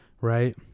Right